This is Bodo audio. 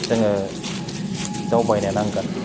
जोङो दावबायनो नांगोन